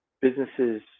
businesses